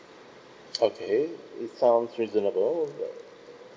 okay it sounds reasonable uh